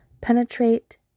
penetrate